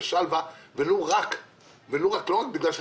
אי אפשר לבוא בצביעות כזאת וכל הזמן לומר: